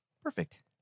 perfect